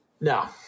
No